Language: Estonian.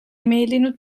meeldinud